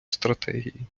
стратегії